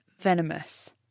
venomous